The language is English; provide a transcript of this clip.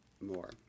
more